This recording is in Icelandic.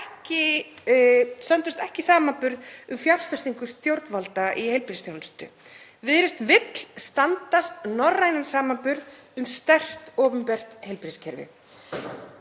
stöndumst ekki samanburð um fjárfestingu stjórnvalda í heilbrigðisþjónustu. Viðreisn vill standast norrænan samanburð um sterkt opinbert heilbrigðiskerfi.